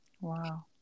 Wow